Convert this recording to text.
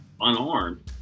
unarmed